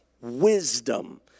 wisdom